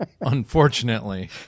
unfortunately